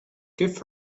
give